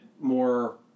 more